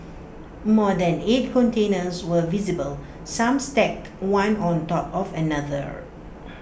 more than eight containers were visible some stacked one on top of another